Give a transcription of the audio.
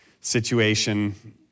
situation